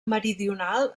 meridional